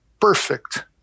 perfect